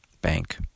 bank